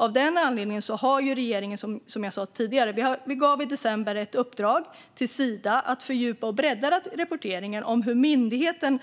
Av den anledningen gav regeringen, som jag sa tidigare, i december ett uppdrag till Sida att fördjupa och bredda rapporteringen om hur myndigheten